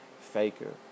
faker